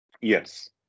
Yes